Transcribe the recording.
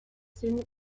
student